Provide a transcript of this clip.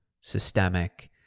systemic